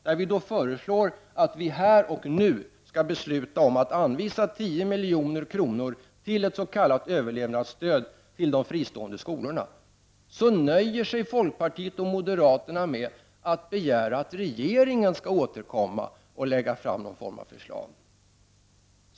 Centern föreslår att vi här och nu skall besluta om att anvisa 10 milj.kr. till ett s.k. överlev nadsstöd till de fristående skolorna. Då nöjer sig folkpartiet och moderaterna med att begära att regeringen skall återkomma och lägga fram någon form av förslag.